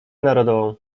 narodową